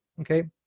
Okay